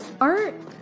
Art